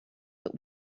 but